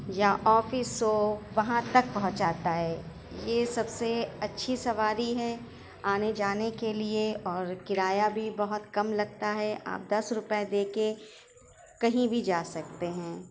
یا آفس ہو وہاں تک پہنچاتا ہے یہ سب سے اچھی سواری ہے آنے جانے کے لیے اور کرایہ بھی بہت کم لگتا ہے آپ دس روپیے دے کے کہیں بھی جا سکتے ہیں